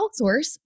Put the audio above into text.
outsource